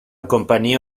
compañía